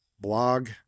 blog